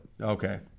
Okay